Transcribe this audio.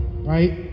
Right